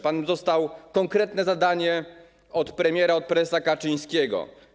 Pan dostał konkretne zadanie od premiera, od prezesa Kaczyńskiego.